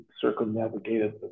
circumnavigated